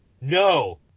No